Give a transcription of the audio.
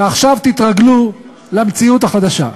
ועכשיו תתרגלו למציאות החדשה.